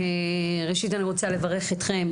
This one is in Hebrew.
ראשית אני רוצה לברך אתכם,